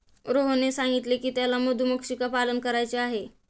रोहनने सांगितले की त्याला मधुमक्षिका पालन करायचे आहे